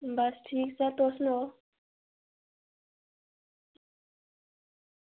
बस ठीक सर तुस सनाओ